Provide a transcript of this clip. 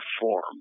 form